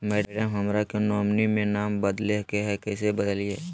madam, हमरा के nominee में नाम बदले के हैं, कैसे बदलिए